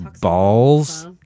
Balls